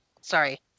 Sorry